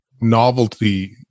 novelty